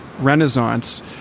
renaissance